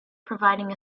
providing